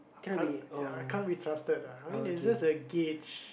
uh I can't be trusted ah I mean it's just a gauge